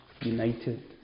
united